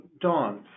Dawn